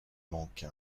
manque